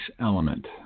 element